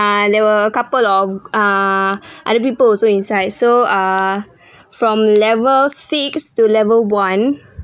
ah there were a couple of ah other people also inside so uh from level six to level one